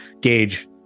gauge